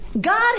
God